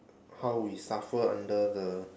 how we suffer under the